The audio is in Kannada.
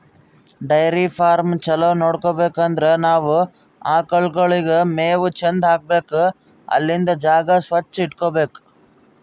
ಡೈರಿ ಫಾರ್ಮ್ ಛಲೋ ನಡ್ಸ್ಬೇಕ್ ಅಂದ್ರ ನಾವ್ ಆಕಳ್ಗೋಳಿಗ್ ಮೇವ್ ಚಂದ್ ಹಾಕ್ಬೇಕ್ ಅಲ್ಲಿಂದ್ ಜಾಗ ಸ್ವಚ್ಚ್ ಇಟಗೋಬೇಕ್